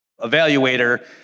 evaluator